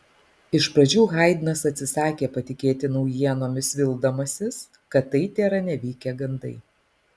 iš pradžių haidnas atsisakė patikėti naujienomis vildamasis kad tai tėra nevykę gandai